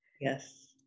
Yes